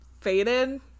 faded